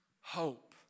hope